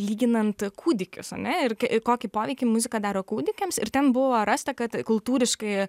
lyginant kūdikius ane ir kokį poveikį muzika daro kūdikiams ir ten buvo rasta kad kultūriškai